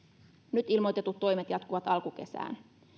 nyt ilmoitetut toimet jatkuvat alkukesään